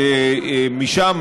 שמשם,